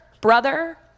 brother